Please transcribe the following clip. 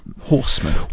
Horsemen